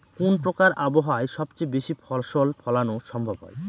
কোন প্রকার আবহাওয়ায় সবচেয়ে বেশি ফসল ফলানো সম্ভব হয়?